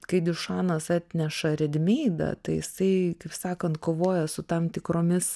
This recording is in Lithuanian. kai diušanas atneša redmeidą tai jisai kaip sakant kovoja su tam tikromis